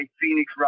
Phoenix